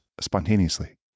spontaneously